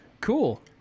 cool